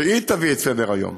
שהיא תביא את סדר-היום,